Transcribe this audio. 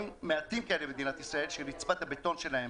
מעטים כאלה במדינת ישראל שרצפת הבטון שלהם